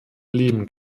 leben